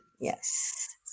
Yes